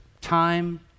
time